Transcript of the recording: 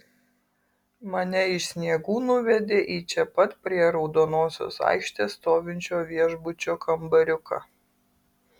mane iš sniegų nuvedė į čia pat prie raudonosios aikštės stovinčio viešbučio kambariuką